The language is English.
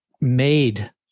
made